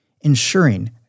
ensuring